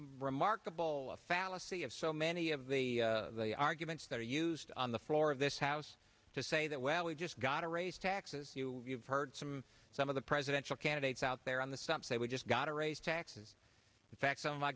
remarkable fallacy of so many of the arguments that are used on the floor of this house to say that well we just got to raise taxes you have heard from some of the presidential candidates out there on the stump say we just got to raise taxes in fact some of my